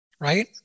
Right